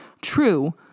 True